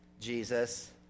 Jesus